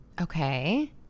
Okay